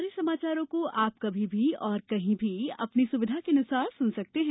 हमारे समाचारों को अब आप कभी भी और कहीं भी अपनी सुविधा के अनुसार सुन सकते हैं